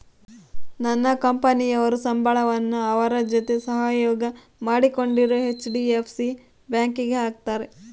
ನನ್ನ ಕಂಪನಿಯವರು ಸಂಬಳವನ್ನ ಅವರ ಜೊತೆ ಸಹಯೋಗ ಮಾಡಿಕೊಂಡಿರೊ ಹೆಚ್.ಡಿ.ಎಫ್.ಸಿ ಬ್ಯಾಂಕಿಗೆ ಹಾಕ್ತಾರೆ